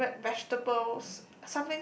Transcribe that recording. my favourite vegetables